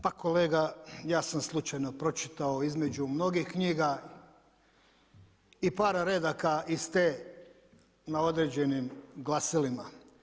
Pa kolega, ja sam slučajno pročitao između mnogih knjiga i para redaka iz te na određenim glasilima.